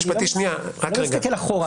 אתה לא מסתכל אחורה.